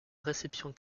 réception